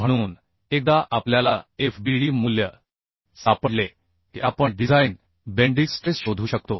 म्हणून एकदा आपल्याला FBD मूल्य सापडले की आपण डिझाइन बेन्डिन स्ट्रेस शोधू शकतो